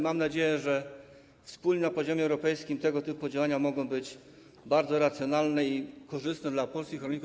Mam nadzieję, że wspólne na poziomie europejskim tego typu działania mogą być bardzo racjonalne i korzystne dla polskich rolników.